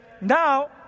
now